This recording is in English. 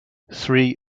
three